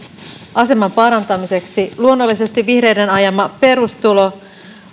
aseman parantamiseksi luonnollisesti vihreiden ajama perustulo